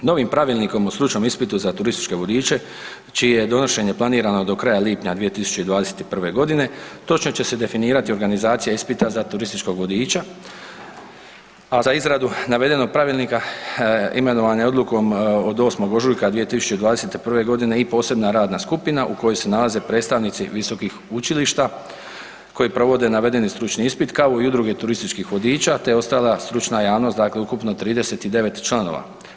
Novim Pravilnikom o stručnom ispitu za turističke vodiče čije je donošenje planirano do kraja lipnja 2021. g. točno će se definirati organizacija ispita za turističkog vodiča, a za izradu navedenog Pravilnika imenovan je odlukom od 8. ožujka 2021. g. i posebna radna skupina u kojoj se nalaze predstavnici visokih učilišta koji provode navedeni stručni ispit, kao i udruge turističkih vodiča te ostala stručna javnost, dakle ukupno 39 članova.